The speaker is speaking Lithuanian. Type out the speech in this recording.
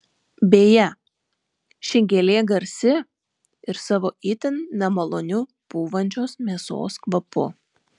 beje ši gėlė garsi ir savo itin nemaloniu pūvančios mėsos kvapu